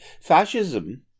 fascism